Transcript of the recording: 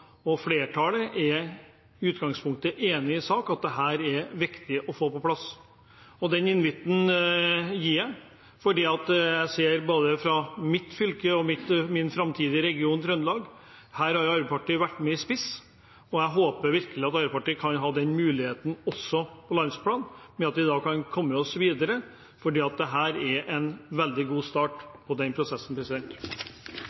og flertallet i utgangspunktet er enig i sak, at dette er viktig å få på plass. Den invitten gir jeg, for jeg ser fra mitt fylke og min framtidige region, Trøndelag, at Arbeiderpartiet har vært med i spiss. Jeg håper virkelig at Arbeiderpartiet kan ha den muligheten også på landsplan, ved at vi da kan komme oss videre, for dette er en veldig god